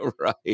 Right